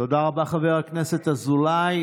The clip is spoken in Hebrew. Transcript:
תודה רבה, חבר הכנסת אזולאי.